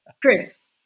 chris